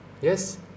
Yes